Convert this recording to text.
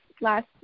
last